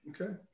Okay